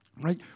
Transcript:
right